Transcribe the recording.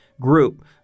group